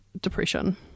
depression